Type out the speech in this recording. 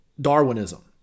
Darwinism